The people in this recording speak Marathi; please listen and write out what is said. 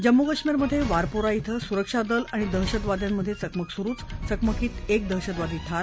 जम्मू काश्मीरमधे वारपोरा इथं सुरक्षा दल आणि दहशतवाद्यांमध्ये चकमक सुरुच चकमकीत एक दहशतवादी ठार